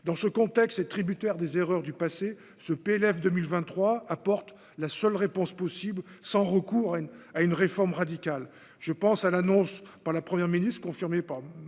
dans ce contexte est tributaire des erreurs du passé, ce PLF 2023 apporte la seule réponse possible, sans recours à une à une réforme radicale,